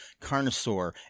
Carnosaur